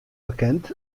bekend